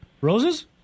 Roses